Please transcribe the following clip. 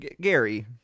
Gary